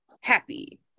happy